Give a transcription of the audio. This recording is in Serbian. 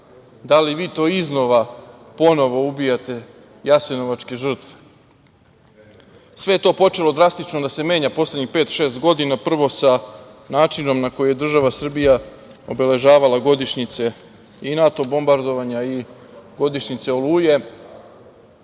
Da li vi to iznova, ponovo ubijate jasenovačke žrtve? Sve je to počelo drastično da se menja poslednjih pet šest godina, prvo sa načinom na koji je država Srbija obeležavala godišnjice i NATO bombardovanja i godišnjice Oluje,